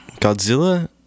Godzilla